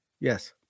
Yes